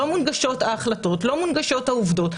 ההחלטות והעובדות לא מונגשות,